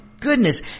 goodness